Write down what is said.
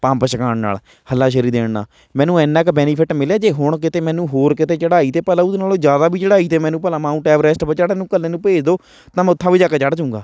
pump ਛਕਾਉਣ ਨਾਲ ਹੱਲਾਸ਼ੇਰੀ ਦੇਣ ਨਾਲ ਮੈਨੂੰ ਇੰਨਾ ਕੁ ਬੈਨੀਫਿਟ ਮਿਲਿਆ ਜੇ ਹੁਣ ਕਿਤੇ ਮੈਨੂੰ ਹੋਰ ਕਿਤੇ ਚੜ੍ਹਾਈ 'ਤੇ ਭਲਾ ਉਹਦੇ ਨਾਲੋਂ ਜ਼ਿਆਦਾ ਵੀ ਚੜ੍ਹਾਈ 'ਤੇ ਮੈਨੂੰ ਭਲਾ ਮਾਊਂਟ ਐਵਰੈਸਟ ਪਰ ਚੜ੍ਹਨ ਨੂੰ ਇਕੱਲੇ ਨੂੰ ਭੇਜ ਦਿਉ ਤਾਂ ਮੈਂ ਉੱਥੋਂ ਵੀ ਜਾ ਕੇ ਚੜ੍ਹ ਜੂੰਗਾ